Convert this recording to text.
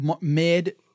mid